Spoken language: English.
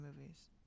movies